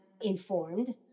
informed